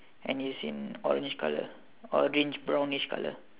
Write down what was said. and it's in orange colour orange brownish colour